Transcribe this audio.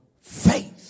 faith